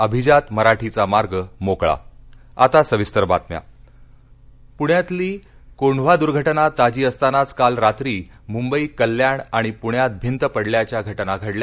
अभिजात मराठीचा मार्ग मोकळा भिंत दर्घटना पुण्यातली कोंढवा दर्घटना ताजी असतानाच काल रात्री मुंबई कल्याण आणि पुण्यात भिंत पडल्याच्या घटना घडल्या